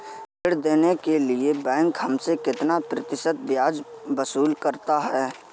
ऋण देने के लिए बैंक हमसे कितना प्रतिशत ब्याज वसूल करता है?